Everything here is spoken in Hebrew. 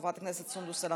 חברת הכנסת סונדוס סאלח,